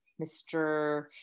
Mr